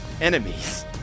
enemies